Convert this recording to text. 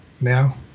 now